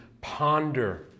ponder